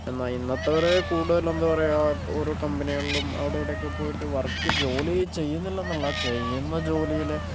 എന്നാൽ ഇന്നത്തെവര് കൂടുതൽ എന്താ പറയുക ഓരോ കമ്പനികളിലും അവിടെയും ഇവിടെയും ഒക്കെ പോയിട്ട് വർക്ക് ജോലി ചെയ്യുന്നില്ലെന്നല്ല ചെയ്യുന്ന ജോലിയിൽ